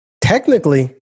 Technically